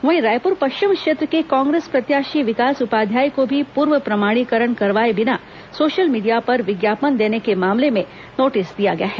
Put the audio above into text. वहीं रायपुर पश्चिम क्षेत्र के कांग्रेस प्रत्याशी विकास उपाध्याय को भी पूर्व प्रमाणीकरण करवाए बिना सोशल मीडिया पर विज्ञापन देने के मामले में नोटिस दिया गया है